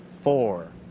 four